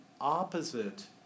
opposite